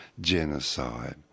genocide